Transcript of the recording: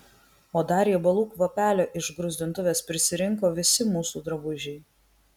o dar riebalų kvapelio iš gruzdintuvės prisirinko visi mūsų drabužiai